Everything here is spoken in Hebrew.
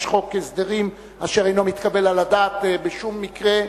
חוק הסדרים אשר אינו מתקבל על הדעת בשום מקרה,